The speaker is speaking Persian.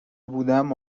بودم